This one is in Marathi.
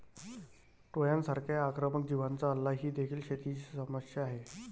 टोळांसारख्या आक्रमक जीवांचा हल्ला ही देखील शेतीची समस्या आहे